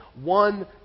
one